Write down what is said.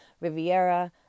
Riviera